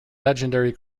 legendary